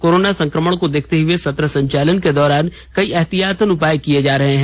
corona संकमण को देखते हुए सत्र संचालन के दौरान कई एहतियातन उपाय किये जा रहे हैं